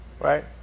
Right